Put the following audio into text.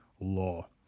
law